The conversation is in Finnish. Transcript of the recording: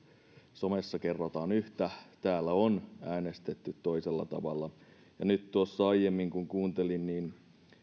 somessa kerrotaan yhtä ja täällä on äänestetty toisella tavalla nyt tuossa aiemmin kun kuuntelin